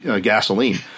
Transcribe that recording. gasoline